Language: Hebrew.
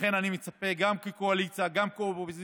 לכן אני מצפה שגם הקואליציה וגם האופוזיציה